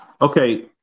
Okay